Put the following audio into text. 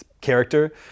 character